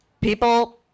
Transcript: People